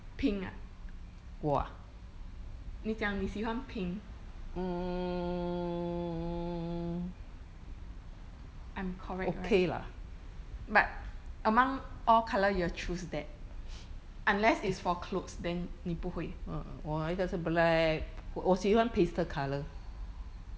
pink ah 你讲你喜欢 pink I'm correct right but among all colour you will choose that unless is for clothes then 你不会